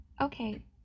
Okay